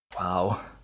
Wow